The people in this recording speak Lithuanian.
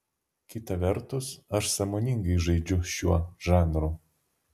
kita vertus aš sąmoningai žaidžiu šiuo žanru